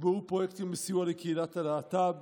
נקבעו פרויקטים לסיוע לקהילת הלהט"ב